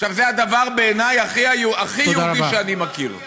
עכשיו, זה הדבר, בעיניי, הכי יהודי שאני מכיר.